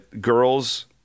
girls